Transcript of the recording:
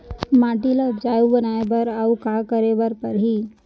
माटी ल उपजाऊ बनाए बर अऊ का करे बर परही?